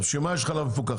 אבל בשביל מה יש חלב מפוקח?